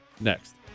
next